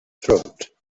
throat